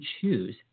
choose